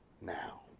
now